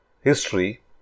history